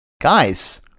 guys